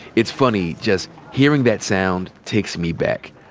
it's funny. just hearing that sound takes me back.